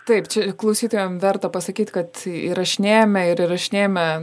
taip čia klausytojam verta pasakyt kad įrašinėjame ir įrašinėjame